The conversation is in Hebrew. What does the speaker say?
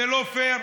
זה לא פייר,